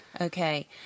Okay